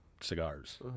cigars